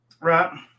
Right